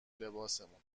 لباسمون